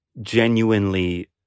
genuinely